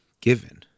given